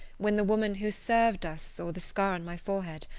when the woman who served us saw the scar on my forehead,